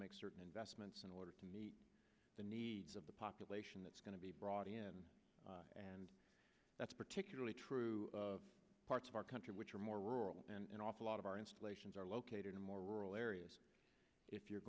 make certain investments in order to meet the needs of the population that's going to be brought in and that's particularly true of parts of our country which are more rural and an awful lot of our installations are located in more rural areas if you're